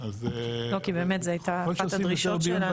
כי זו הייתה באמת אחת הדרישות שלנו.